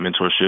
mentorship